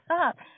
up